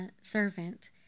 servant